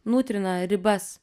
nutrina ribas